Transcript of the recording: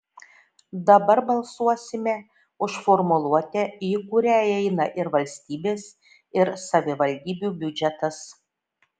dabar balsuosime už formuluotę į kurią įeina ir valstybės ir savivaldybių biudžetas